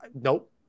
nope